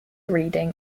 reading